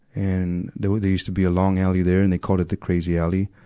and there was, there used to be a long alley there, and they called it the crazy alley.